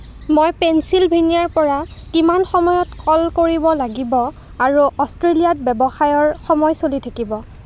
মই পেঞ্চিলভেনিয়াৰ পৰা কিমান সময়ত কল কৰিব লাগিব আৰু অষ্ট্ৰেলিয়াত ব্যৱসায়ৰ সময় চলি থাকিব